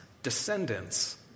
Descendants